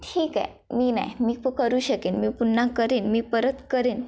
ठीक आहे मी नाही मी पू करू शकेन मी पुन्हा करेन मी परत करेन